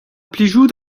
plijout